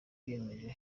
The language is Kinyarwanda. biyemeje